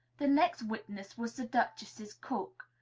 the next witness was the duchess's cook.